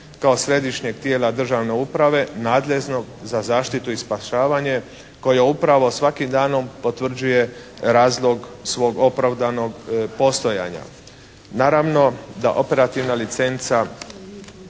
kao središnjeg tijela državne uprave nadležnog za zaštitu i spašavanje koje upravo svakim danom potvrđuje razlog svog opravdanog postojanja. Naravno da operativna licenca